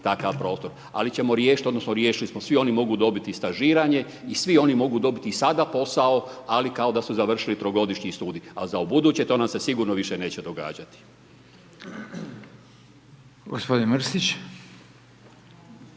takav prostor. Ali ćemo riješiti odnosno riješili smo. Svi oni mogu dobiti stažiranje i svi oni mogu dobiti i sada posao ali kao da su završili trogodišnji studij. A za ubuduće to nam se sigurno više neće događati.